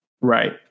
Right